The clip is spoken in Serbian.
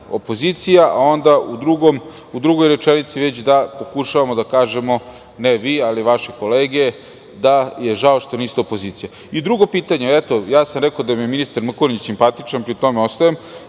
opozicija, a onda u drugoj rečenici da pokušavamo da kažemo, ne vi, ali vaše kolege, da im je žao što niste opozicija. Drugo pitanje, rekao sam da mi je ministar Mrkonjić simpatičan i pri tome ostajem,